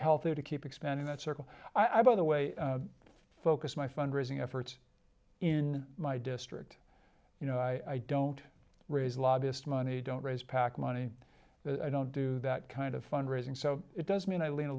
healthy to keep expanding that circle i by the way i focus my fundraising efforts in my district you know i don't raise lobbyist money don't raise pac money i don't do that kind of fundraising so it does mean i lean a